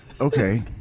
okay